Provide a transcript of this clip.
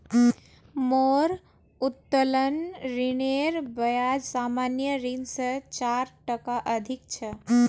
मोर उत्तोलन ऋनेर ब्याज सामान्य ऋण स चार टका अधिक छ